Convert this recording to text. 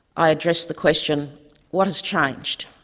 i addressed the question what has changed?